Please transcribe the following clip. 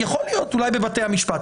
יכול להיות, אולי בבתי המשפט.